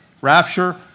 rapture